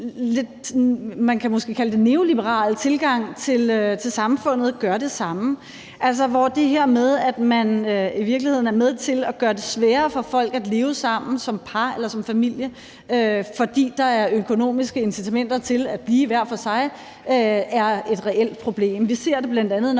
man kan måske kalde det neoliberal tilgang til samfundet gør det samme, altså hvor det her med, at man i virkeligheden er med til at gøre det sværere for folk at leve sammen som par eller som familie, fordi der er økonomiske incitamenter til at blive hver for sig, er et reelt problem. Vi ser det bl.a., når